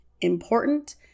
important